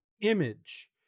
image